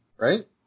Right